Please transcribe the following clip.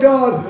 God